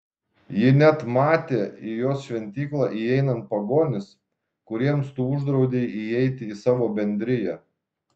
ji net matė į jos šventyklą įeinant pagonis kuriems tu uždraudei įeiti į savo bendriją